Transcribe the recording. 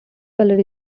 colour